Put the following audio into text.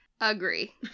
Agree